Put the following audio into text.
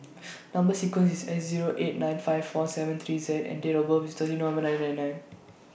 Number sequence IS S Zero eight nine five four seven three Z and Date of birth IS thirty November nine nine nine